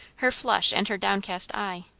her flush and her downcast eye.